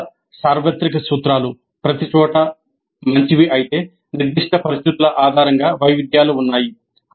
విస్తృత సార్వత్రిక సూత్రాలు ప్రతిచోటా మంచివి అయితే నిర్దిష్ట పరిస్థితుల ఆధారంగా వైవిధ్యాలు ఉన్నాయి